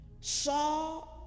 saw